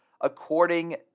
according